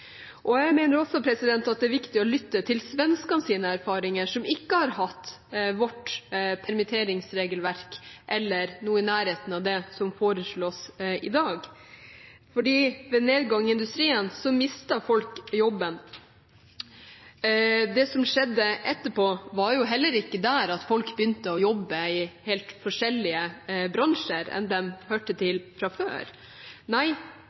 framover. Jeg mener også det er viktig å lytte til svenskenes erfaringer, som ikke har hatt vårt permitteringsregelverk eller noe i nærheten av det som foreslås i dag. Ved nedgang i industrien mistet folk jobben. Det som skjedde etterpå, var heller ikke at folk begynte å jobbe i helt forskjellige bransjer enn de hørte til fra før. Nei,